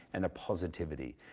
and the positivity,